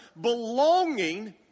Belonging